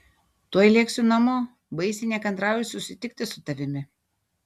tuoj lėksiu namo baisiai nekantrauju susitikti su tavimi